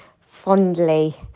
fondly